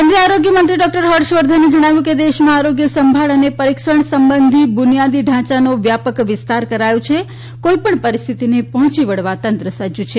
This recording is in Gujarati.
કેન્રિારથ આરોગ્ય મંત્રી હર્ષવર્ધને જણાવ્યું કે દેશમાં આરોગ્ય સંભાળ અને પરિક્ષણ સંબંધી બુનિયાદી ઢાંચાનો વ્યાપક વિસ્તાર કરાયો છે કોઈપણ પરિસ્થિતિને પહોંચી વળવા તંત્ર સજ્જ છે